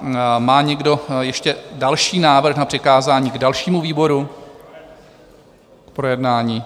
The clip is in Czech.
A má někdo ještě další návrh na přikázání dalšímu výboru k projednání?